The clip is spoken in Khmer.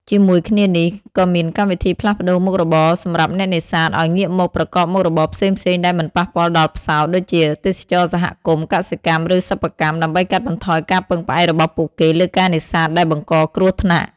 ជាមួយគ្នានេះ ក៏មានកម្មវិធីផ្លាស់ប្តូរមុខរបរសម្រាប់អ្នកនេសាទឱ្យងាកមកប្រកបមុខរបរផ្សេងៗដែលមិនប៉ះពាល់ដល់ផ្សោត ដូចជាទេសចរណ៍សហគមន៍ កសិកម្ម ឬសិប្បកម្ម ដើម្បីកាត់បន្ថយការពឹងផ្អែករបស់ពួកគេលើការនេសាទដែលបង្កគ្រោះថ្នាក់។